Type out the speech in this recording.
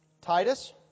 Titus